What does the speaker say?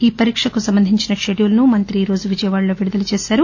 ఈ పరీక్షకు సంబంధించిన పెడ్యూలును మంత్రి ఈ రోజు విజయవాడలో విడుదల చేశారు